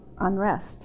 unrest